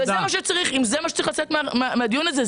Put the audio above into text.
זה מה שצריך לצאת מהדיון הזה,